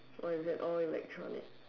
or is it all electronic